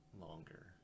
longer